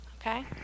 okay